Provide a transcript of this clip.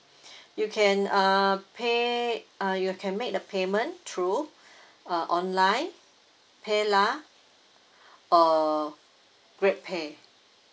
you can uh pay uh you can make the payment through uh online pay lah uh grab pay